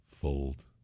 fold